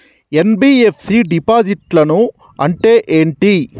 NBFC డిపాజిట్లను అంటే ఏంటి?